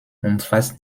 umfasst